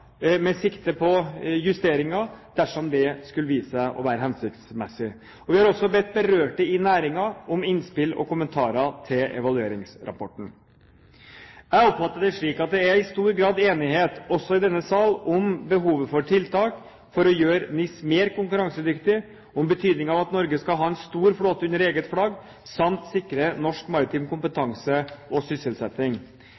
med sikte på justeringer, dersom det skulle vise seg å være hensiktsmessig. Vi har også bedt berørte i næringen om innspill og kommentarer til evalueringsrapporten. Jeg oppfatter det slik at det er stor grad av enighet også i denne sal om behovet for tiltak for å gjøre NIS mer konkurransedyktig, om betydningen av at Norge skal ha en stor flåte under eget flagg samt sikre norsk maritim